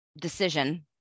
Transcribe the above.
decision